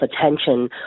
attention